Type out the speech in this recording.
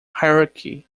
hierarchy